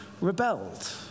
rebelled